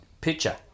picture